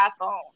iPhone